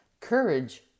Courage